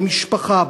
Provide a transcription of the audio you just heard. במשפחה,